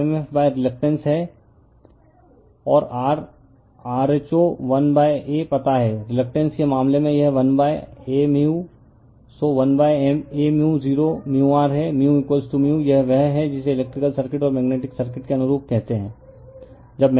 और R rho l A पता है रीलकटेन्स के मामला में यह l Aμ so l Aμ 0 μr है μμयह वह है जिसे इलेक्ट्रिकल सर्किट और मेग्नेटिक सर्किट के अनुरूप कहते हैं